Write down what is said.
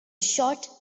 short